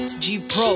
G-Pro